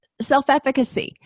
Self-efficacy